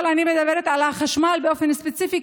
אבל אני מדברת על החשמל באופן ספציפי,